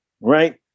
right